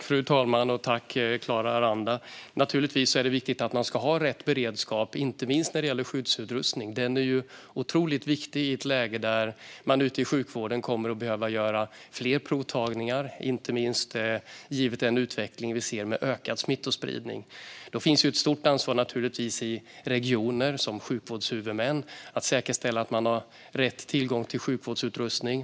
Fru talman! Tack, Clara Aranda, för frågan! Naturligtvis är det viktigt att man har rätt beredskap, inte minst när det gäller skyddsutrustningen. Den är otroligt viktig i ett läge där sjukvården kommer att behöva göra fler provtagningar givet utvecklingen med ökad smittspridning. Då finns det naturligtvis ett stort ansvar för regioner som sjukvårdshuvudmän att säkerställa att man har rätt tillgång på sjukvårdsutrustning.